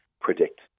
predict